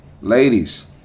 Ladies